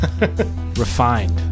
Refined